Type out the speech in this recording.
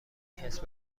کسب